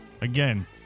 Again